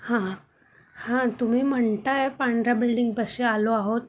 हां हां तुम्ही म्हणताय पांढऱ्या बिल्डिंगपाशी आलो आहोत